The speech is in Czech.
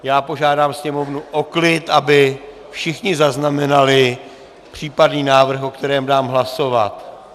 Já požádám sněmovnu o klid, aby všichni zaznamenali případný návrh, o kterém dám hlasovat...